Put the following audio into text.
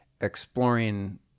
exploring